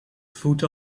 voet